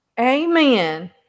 Amen